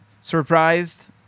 surprised